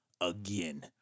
again